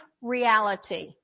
reality